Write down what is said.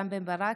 רם בן ברק,